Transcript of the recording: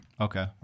Okay